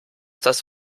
das